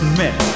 met